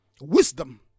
Wisdom